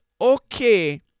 okay